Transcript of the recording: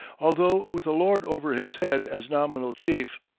although with a lord over his head as nominal chief.